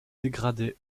dégradé